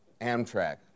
Amtrak